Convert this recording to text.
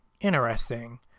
Interesting